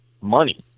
money